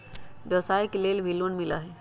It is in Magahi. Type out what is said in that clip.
व्यवसाय के लेल भी लोन मिलहई?